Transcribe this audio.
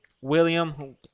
William